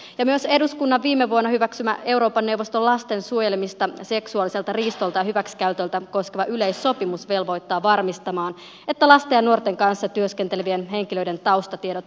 myös eduskunnan viime vuonna hyväksymä euroopan neuvoston lasten suojelemista seksuaaliselta riistolta ja hyväksikäytöltä koskeva yleissopimus velvoittaa varmistamaan että lasten ja nuorten kanssa työskentelevien henkilöiden taustatiedot ovat kunnossa